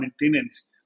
maintenance